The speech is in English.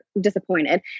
disappointed